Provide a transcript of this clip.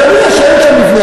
כנראה אין שם מבנה.